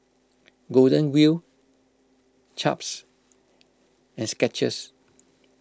Golden Wheel Chaps and Skechers